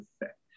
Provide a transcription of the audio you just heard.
effect